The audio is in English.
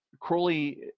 Crowley